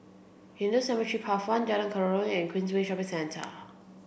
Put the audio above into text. Hindu Cemetery Path one Jalan Kerayong and Queensway Shopping Centre